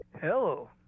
Hello